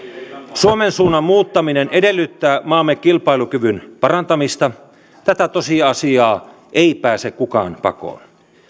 suomen suunnan muuttaminen edellyttää maamme kilpailukyvyn parantamista tätä tosiasiaa ei pääse kukaan pakoon